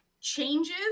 changes